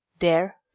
There